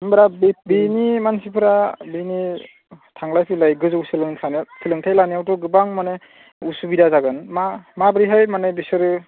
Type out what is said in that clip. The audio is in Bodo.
होम्बा बे बेनि मानसिफोरा बेनि थांलाय फैलाय गोजौ सोलोंथाइ सोलोंथाइ लानायावथ' गोबां माने उसुबिदा जागोन मा माबोरैहाय माने बिसोरो